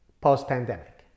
post-pandemic